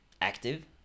active